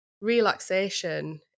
relaxation